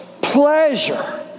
pleasure